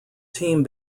team